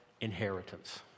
inheritance